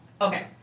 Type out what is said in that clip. Okay